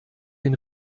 den